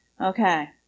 Okay